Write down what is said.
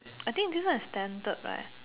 I think this one is standard right